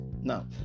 Now